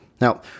Now